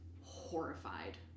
horrified